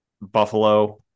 buffalo